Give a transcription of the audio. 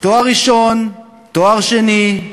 תואר ראשון, תואר שני,